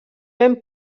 ben